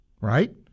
right